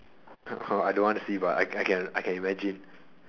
oh I don't want to see but I can I can imagine